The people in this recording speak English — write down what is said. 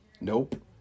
Nope